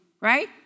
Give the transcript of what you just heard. Right